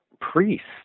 priests